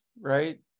right